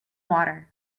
water